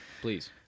please